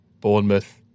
Bournemouth